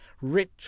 rich